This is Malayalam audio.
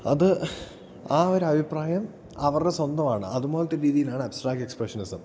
അത് ആ ഒരു അഭിപ്രായം അവരുടെ സ്വന്തമാണ് അതുപോലത്തെ രീതിയിലാണ് ആബ്സ്ട്രാക്റ്റ് എക്സ്പ്രഷനിസം